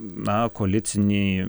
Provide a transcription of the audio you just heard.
na koalicinį